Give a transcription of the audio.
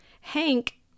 hank